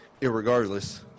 Irregardless